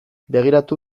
begiratu